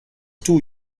two